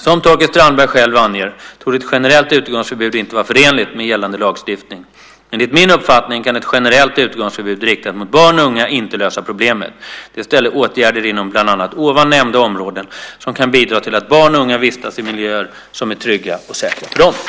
Som Torkild Strandberg själv anger torde ett generellt utegångsförbud inte vara förenligt med gällande lagstiftning. Enligt min uppfattning kan ett generellt utegångsförbud riktat mot barn och unga inte lösa problemet. Det är i stället åtgärder inom bland annat tidigare nämnda områden som kan bidra till att barn och unga vistas i miljöer som är trygga och säkra för dem.